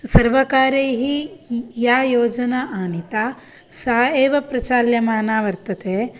सर्वकारैः या योजना आनीता सा एव प्रचाल्यमाना वर्तते